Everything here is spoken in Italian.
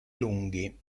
lunghi